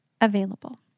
available